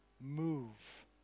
move